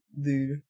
Dude